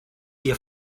hier